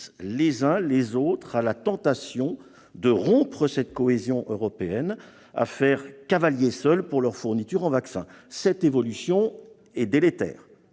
les uns et les autres à la tentation de rompre cette cohésion européenne et de faire cavalier seul pour leur fourniture en vaccins. Cette évolution est délétère.